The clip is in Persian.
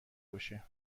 باشه